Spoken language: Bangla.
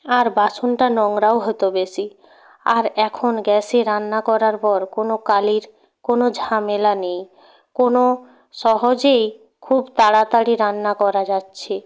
আর বাসনটা নোংরাও হতো বেশি আর এখন গ্যাসে রান্না করার পর কোনো কালির কোনো ঝামেলা নেই কোনো সহজেই খুব তাড়াতাড়ি রান্না করা যাচ্ছে